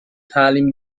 تعلیم